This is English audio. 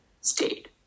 state